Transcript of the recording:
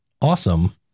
awesome